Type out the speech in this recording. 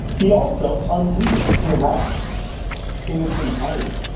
he also unleashed iran in its entirety,